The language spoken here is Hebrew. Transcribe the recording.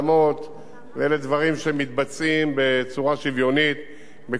ואלה דברים שמתבצעים בצורה שוויונית בכל חלקי המדינה.